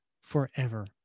forever